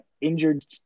injured